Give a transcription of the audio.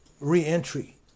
re-entry